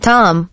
Tom